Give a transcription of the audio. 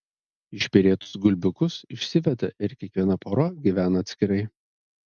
išperėtus gulbiukus išsiveda ir kiekviena pora gyvena atskirai